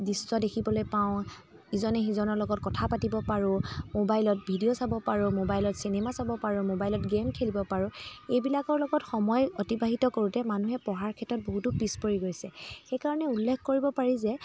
দৃশ্য দেখিবলৈ পাওঁ ইজনে সিজনৰ লগত কথা পাতিব পাৰোঁ মোবাইলত ভিডিঅ' চাব পাৰোঁ মোবাইলত চিনেমা চাব পাৰোঁ মোবাইলত গেম খেলিব পাৰোঁ এইবিলাকৰ লগত সময় অতিবাহিত কৰোঁতে মানুহে পঢ়াৰ ক্ষেত্ৰত বহুতো পিছ পৰি গৈছে সেইকাৰণে উল্লেখ কৰিব পাৰি যে